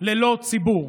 ללא ציבור.